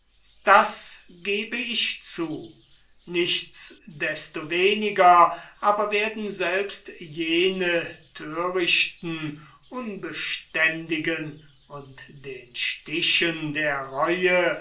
das gebe ich zu nichts destoweniger aber werden selbst jene thörichten unbeständigen und den stichen der reue